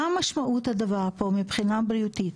מה משמעות הדבר מבחינה בריאותית?